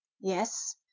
yes